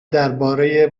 درباره